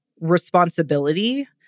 responsibility